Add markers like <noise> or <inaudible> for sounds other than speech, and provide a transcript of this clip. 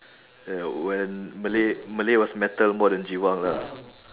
<noise> when malay malay was metal more than giwang ah